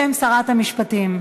בשם שרת המשפטים.